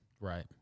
Right